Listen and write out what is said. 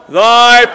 thy